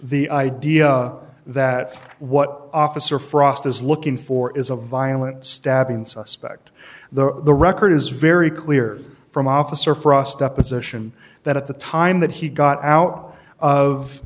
the idea that what officer frost is looking for is a violent stabbing suspect the record is very clear from officer frost deposition that at the time that he got out of